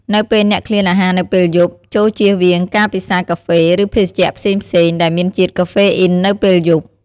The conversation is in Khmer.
នៅពេលអ្នកឃ្លានអាហារនៅពេលយប់ ចូរជៀសវាងការពិសារកាហ្វេ ឬភេសជ្ជះផ្សេងៗដែលមានជាតិកាហ្វេអ៊ីននៅពេលយប់។